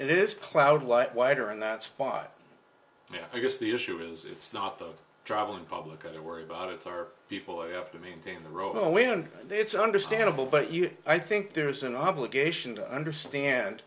this cloud what wider and that spot yeah i guess the issue is it's not the traveling public i worry about it's our people you have to maintain the road when it's understandable but you i think there's an obligation to understand